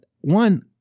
one